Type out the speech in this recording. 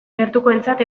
gertukoentzat